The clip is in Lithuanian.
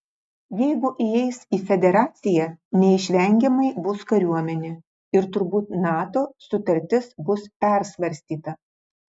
jeigu įeis į federaciją neišvengiamai bus kariuomenė ir turbūt nato sutartis bus persvarstyta